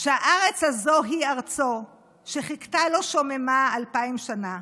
שהארץ הזו היא ארצו שחיכתה לו שוממה אלפיים שנה.